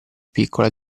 piccola